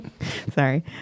sorry